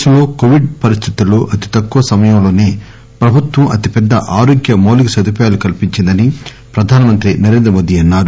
దేశంలో కోవిడ్ పరిస్థితుల్లో అతితక్కువ సమయంలోనే ప్రభుత్వం అతిపెద్ద ఆరోగ్య మౌలిక సదుపాయాలు కల్పించిందని ప్రధానమంత్రి నరేంద్రమోదీ అన్నారు